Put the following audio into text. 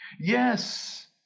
Yes